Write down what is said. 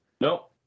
nope